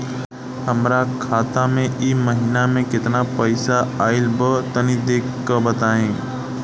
हमरा खाता मे इ महीना मे केतना पईसा आइल ब तनि देखऽ क बताईं?